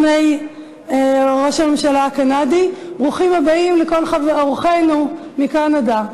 לד"ר יובל שטייניץ, בשקט מופתי, במקצועיות מדהימה,